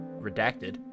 Redacted